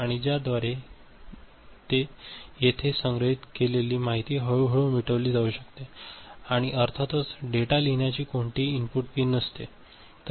आणि ज्याद्वारे येथे संग्रहित केलेली माहिती हळूहळू मिटविली जाऊ शकते आणि अर्थातच डेटा लिहिण्याची कोणतीही इनपुट पिन नसते